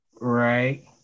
Right